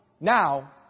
now